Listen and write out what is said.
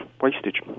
wastage